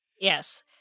Yes